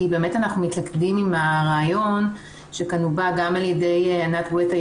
כי באמת אנחנו מתלכדים עם הרעיון שכאן הובע גם על ידי ענת גואטה,